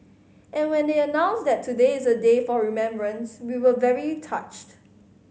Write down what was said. and when they announced that today is a day for remembrance we were very touched